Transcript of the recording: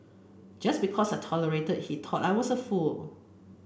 just because I tolerated he thought I was a fool